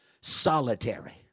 solitary